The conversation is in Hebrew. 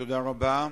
תודה רבה.